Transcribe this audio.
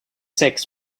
sex